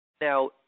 Now